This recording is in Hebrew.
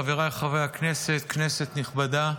חבריי חברי הכנסת, כנסת נכבדה,